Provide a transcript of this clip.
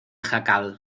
jacal